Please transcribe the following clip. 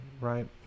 right